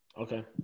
Okay